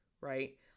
right